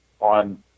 on